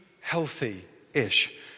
healthy-ish